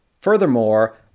Furthermore